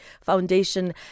Foundation